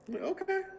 Okay